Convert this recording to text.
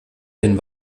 den